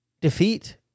defeat